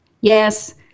Yes